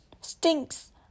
stinks